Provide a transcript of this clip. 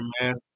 man